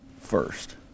first